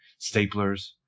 Staplers